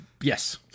yes